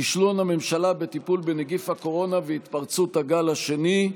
כישלון הממשלה בטיפול בנגיף הקורונה והתפרצות הגל השני.